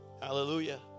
Hallelujah